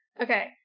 Okay